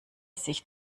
sich